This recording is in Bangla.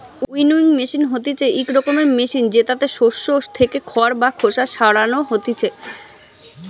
উইনউইং মেশিন হতিছে ইক রকমের মেশিন জেতাতে শস্য থেকে খড় বা খোসা সরানো হতিছে